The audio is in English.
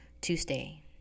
Tuesday